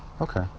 Okay